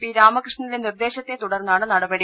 P രാമകൃഷ്ണന്റെ നിർദ്ദേശത്തെ തുടർന്നാണ് നടപടി